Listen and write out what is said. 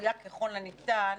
מדויק ככל הניתן,